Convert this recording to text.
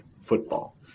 football